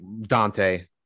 dante